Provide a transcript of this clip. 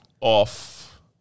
off